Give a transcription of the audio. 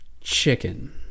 chicken